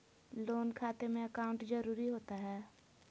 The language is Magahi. लोन खाते में अकाउंट जरूरी होता है?